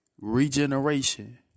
Regeneration